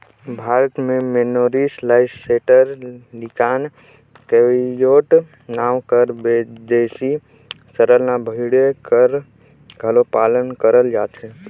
भारत में merino, Leicester, Lincoln, Cheviot नांव कर बिदेसी नसल कर भेड़ी कर घलो पालन करल जाथे